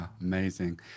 amazing